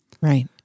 Right